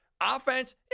offense